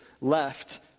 left